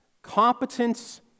competence